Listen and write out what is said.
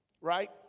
Right